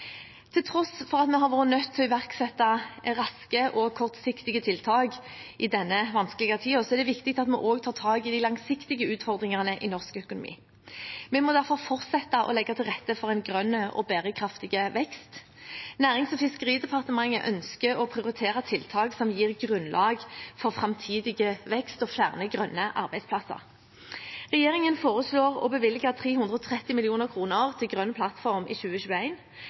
Til tross for at vi har vært nødt til å iverksette raske og kortsiktige tiltak i denne vanskelige tiden, er det viktig at vi også tar tak i de langsiktige utfordringene i norsk økonomi. Vi må derfor fortsette å legge til rette for en grønn og bærekraftig vekst. Nærings- og fiskeridepartementet ønsker å prioritere tiltak som gir grunnlag for framtidig vekst og flere grønne arbeidsplasser. Regjeringen foreslår å bevilge 330 mill. kr i 2021 til Grønn plattform,